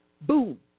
boom